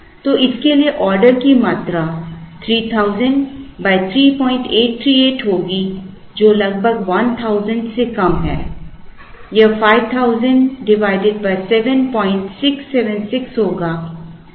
तो इसके लिए ऑर्डर की मात्रा 3000 3838 होगी जो लगभग 1000 से कम है